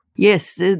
Yes